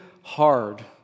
hard